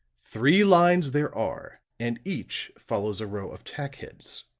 three lines there are, and each follows a row of tack heads.